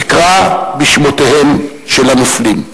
אקרא בשמותיהם של הנופלים.